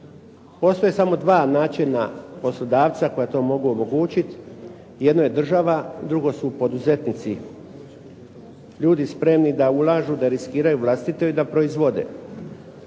Postoje samo dva načina poslodavca koja to mogu omogućiti. Jedno je država, drugo su poduzetnici, ljudi spremni da ulažu, da riskiraju vlastito i da proizvode.